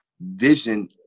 vision